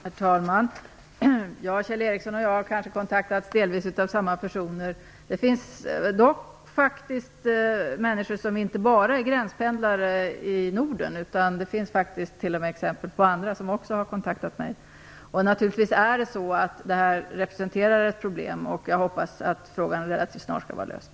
Herr talman! Kjell Ericsson och jag har kanske kontaktats av delvis samma personer. Det finns dessutom faktiskt inte bara i Norden människor som är gränspendlare, och jag har blivit kontaktad även av sådana personer. Det finns här naturligtvis ett problem, men jag hoppas att frågan relativt snart skall vara löst.